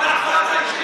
מה דעתך האישית?